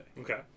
Okay